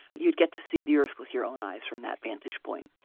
you'd get to see the earth with your own eyes, from that vantage point.